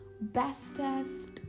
bestest